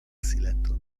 silenton